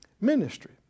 ministry